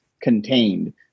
contained